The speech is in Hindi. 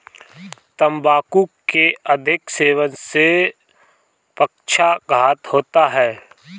तंबाकू के अधिक सेवन से पक्षाघात होता है